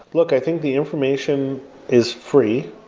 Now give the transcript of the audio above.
look, i think the information is free.